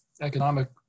economic